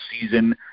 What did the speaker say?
season